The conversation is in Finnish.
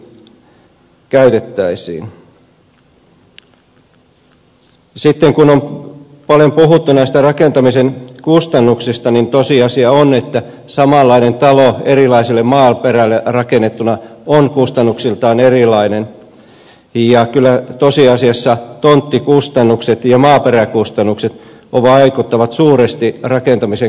sitten kun on paljon puhuttu näistä rakentamisen kustannuksista niin tosiasia on että samanlainen talo erilaiselle maaperälle rakennettuna on kustannuksiltaan erilainen ja kyllä tosiasiassa tonttikustannukset ja maaperäkustannukset vaikuttavat suuresti rakentamisen kustannuksiin